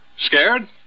Scared